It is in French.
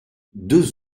deux